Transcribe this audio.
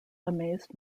amazed